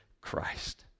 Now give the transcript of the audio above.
Christ